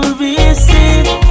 receive